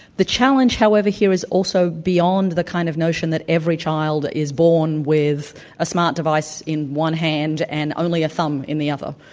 the challenge, however, here, is also beyond the kind of notion that every child is born with a smart device in one hand, and only a thumb in the other.